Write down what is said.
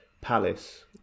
palace